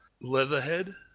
Leatherhead